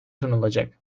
sunulacak